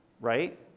Right